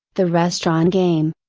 the restaurant game,